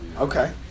Okay